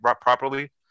properly